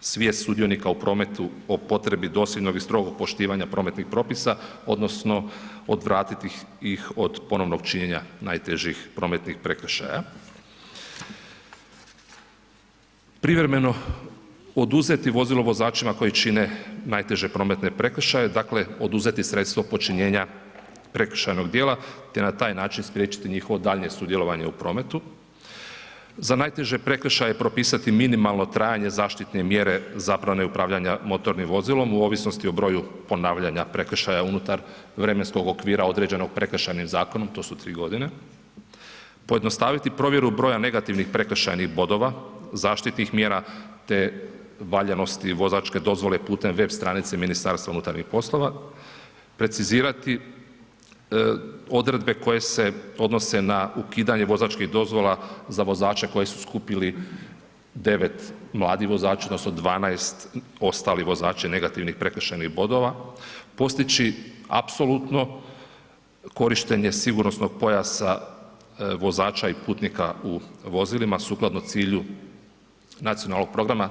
svijest sudionika u prometu o potrebi dosljednog i strogog poštivanja prometnih propisa odnosno odvratiti ih od ponovnog činjenja najtežih prometnih prekršaja, privremeno oduzeti vozilo vozačima koji čine najteže prometne prekršaje dakle, oduzeti sredstvo počinjenja prekršajnog djela te na taj način spriječiti njihovo daljnje sudjelovanje u prometu, za najteže prekršaje propisati minimalno trajanje zaštitne mjere zabrane upravljanja motornim vozilom u ovisnosti o broju ponavljanja prekršaja unutar vremenskog okvira određenog Prekršajnim zakonom, to su 3 godine, pojednostaviti provjeru broja negativnih prekršajnih bodova, zaštitnih mjera te valjanosti vozačke dozvole putem web stranice MUP-a, precizirati odredbe koje se odnose na ukidanje vozačkih dozvola za vozače koji su skupili 9 mladi vozači, odnosno 12 ostali vozači negativnih prekršajnih bodova, postići apsolutno korištenje sigurnosnog pojasa vozača i putnika u vozilima sukladno cilju nacionalnog programa.